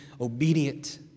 obedient